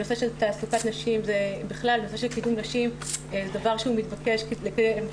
הנושא של תעסוקת נשים ובכלל הנושא של קידום נשים זה דבר שמתבקש בחברה